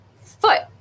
foot